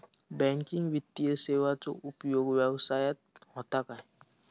Banking वित्तीय सेवाचो उपयोग व्यवसायात होता काय?